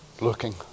looking